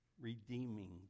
redeeming